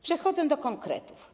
Przechodzę do konkretów.